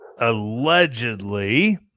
allegedly